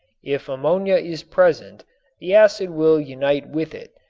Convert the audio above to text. if ammonia is present the acid will unite with it,